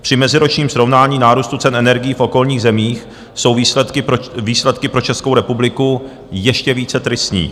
Při meziročním srovnání nárůstu cen energií v okolních zemích jsou výsledky pro Českou republiku ještě více tristní.